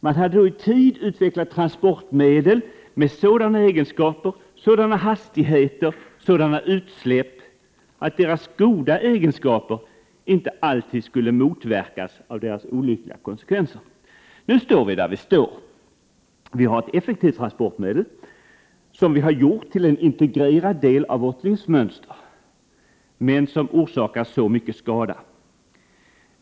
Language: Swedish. Man hade då i tid utvecklat transportmedel med 9 maj 1989 sådana egenskaper, sådana hastigheter, sådana utsläpp att deras goda egenskaper inte alltid skulle motverkas av deras olyckliga konsekvenser. Nu står vi där vi står. Vi har ett effektivt transportmedel, som vi har gjort till en integrerad del av vårt livsmönster, men som orsakar så mycket skada.